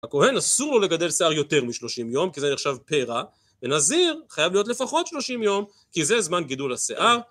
הכהן אסור לו לגדל שיער יותר משלושים יום, כי זה נחשב פרע. ונזיר חייב להיות לפחות שלושים יום, כי זה זמן גידול השיער.